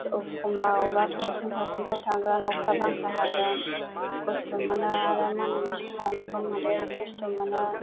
ए'खमबा अबेबा फान्सन थान्सनफ्राव थांगोन अखा बांखा हागोन खस्त' मोनो आरो मोनानि समाव मेगन मोदै खस्त' मोनो